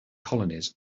colonies